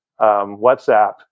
WhatsApp